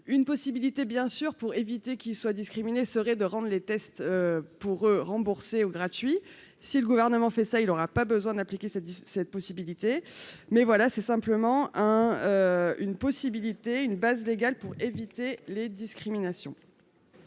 une possibilité bien sûr pour éviter qu'ils soient discriminés serait de rendre les tests pour rembourser au gratuit, si le gouvernement fait ça il aura pas besoin d'appliquer cette cette possibilité, mais voilà, c'est simplement. Une possibilité, une base légale pour éviter les discriminations.